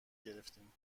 گرفتیم